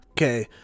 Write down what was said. Okay